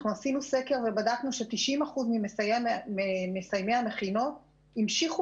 עשינו סקר ובדקנו ש-90% ממסיימי המכינות המשיכו